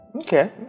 okay